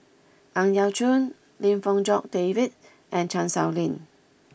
Ang Yau Choon Lim Fong Jock David and Chan Sow Lin